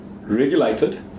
regulated